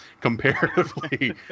comparatively